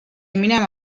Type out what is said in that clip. minema